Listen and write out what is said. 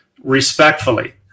respectfully